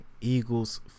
Eagles